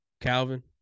Calvin